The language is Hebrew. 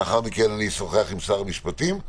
לאחר מכן אשוחח עם שר המשפטים.